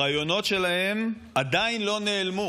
הרעיונות שלהם עדיין לא נעלמו.